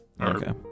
Okay